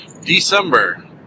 December